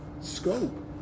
scope